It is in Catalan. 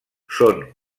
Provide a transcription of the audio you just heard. són